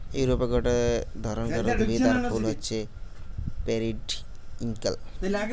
ইউরোপে গটে ধরণকার উদ্ভিদ আর ফুল হচ্ছে পেরিউইঙ্কেল